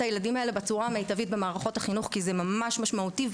הילדים האלה בצורה מיטבית במערכות החינוך כי זה ממש משמעותי.